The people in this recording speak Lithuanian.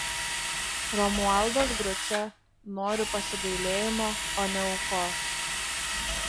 romualdas grucė noriu pasigailėjimo o ne aukos